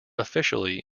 officially